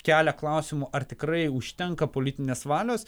kelia klausimų ar tikrai užtenka politinės valios